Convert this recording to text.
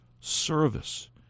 service